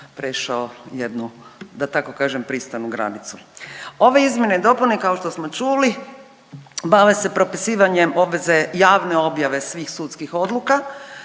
prešao jednu, da tako kažem pristojnu granicu. Ove izmjene i dopune kao što smo čuli, bave se propisivanjem obveze javne objave svih sudskih odluka